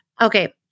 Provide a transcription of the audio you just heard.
okay